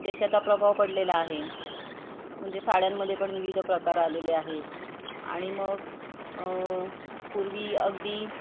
देशाचा प्रभाव पडलेला आहे म्हणजे साड्यांमध्ये पण विविध प्रकार आलेले आहेत आणि मग पूर्वी अगदी